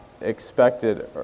expected